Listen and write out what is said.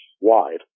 wide